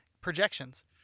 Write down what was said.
projections